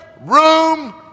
room